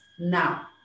now